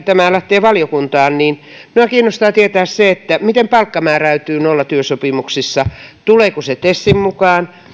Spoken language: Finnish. tämä lähtee valiokuntaan niin minua kiinnostaa tietää se miten palkka määräytyy nollatyösopimuksissa tuleeko se tesin mukaan